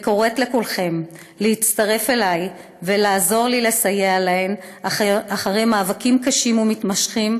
וקוראת לכולכם להצטרף אליי ולעזור לי לסייע להן אחרי מאבקים קשים ומתמשכים